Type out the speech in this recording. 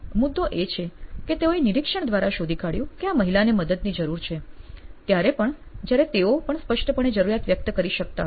તો મુદ્દો એ છે કે તેઓએ નિરીક્ષણ દ્વારા શોધી કાઢ્યું કે આ મહિલાને મદદની જરૂર છે ત્યારે પણ જયારે તેઓ પણ સ્પષ્ટપણે જરૂરિયાત વ્યક્ત કરી શકતા હતા